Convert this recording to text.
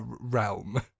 realm